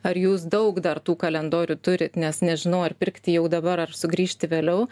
ar jūs daug dar tų kalendorių turit nes nežinau ar pirkti jau dabar ar sugrįžti vėliau